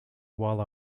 while